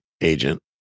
agent